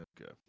Okay